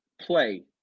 play